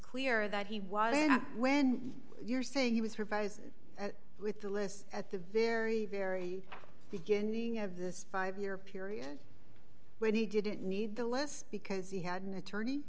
clear that he was when you're saying he was revising with the list at the very very beginning of this five year period when he didn't need the list because he had an attorney